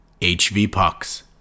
HVPucks